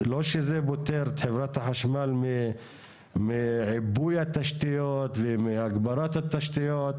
אז לא שזה פותר את חברת החשמל מעיבוי התשתיות ומהגברת התשתיות,